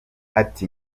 ati